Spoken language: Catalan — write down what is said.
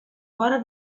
vora